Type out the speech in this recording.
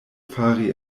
fari